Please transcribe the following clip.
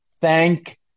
thank